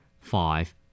Five